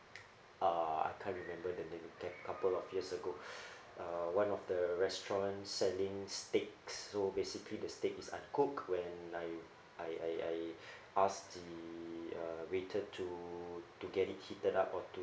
uh I can't remember the the that couple of years ago uh one of the restaurants selling steaks so basically the steak is uncooked when I I I I asked to the uh waiter to to get it heated up or to